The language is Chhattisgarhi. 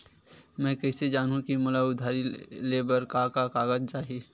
मैं कइसे जानहुँ कि मोला उधारी ले बर का का कागज चाही?